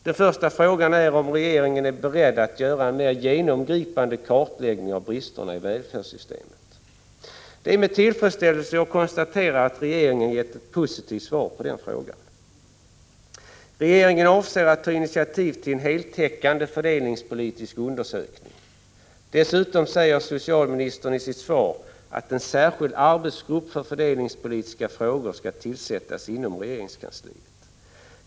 Den första frågan gäller om regeringen är beredd att göra en mer genomgripande kartläggning av bristerna i välfärdssystemet. Det är med tillfredsställelse som jag konstaterar att regeringen har gett ett positivt svar på den frågan. Regeringen avser att ta initiativ till en heltäckande fördelningspolitisk undersökning. Dessutom säger socialministern i sitt svar att en särskild arbetsgrupp för fördelningspolitiska frågor skall tillsättas inom regeringskansliet.